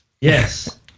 yes